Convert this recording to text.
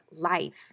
life